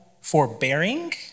forbearing